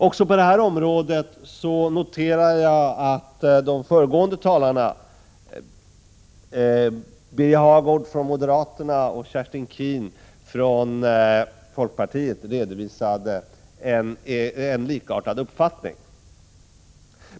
Även på det här området noterar jag att de föregående talarna, Birger Hagård för moderaterna och Kerstin Keen för folkpartiet, redovisade en likartad uppfattning.